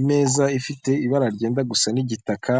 Imeza ifite ibara ryenda gusa n'igitaka